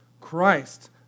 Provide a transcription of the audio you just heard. Christ